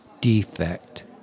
defect